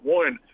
one